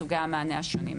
של סוגי המענה השונים.